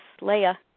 Leah